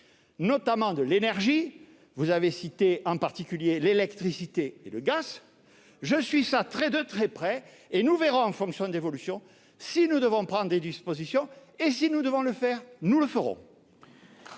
notamment de l'énergie- vous avez cité en particulier l'électricité et le gaz. Nous verrons, en fonction de leur évolution, si nous devons prendre des dispositions. Et si nous devons le faire, nous le ferons.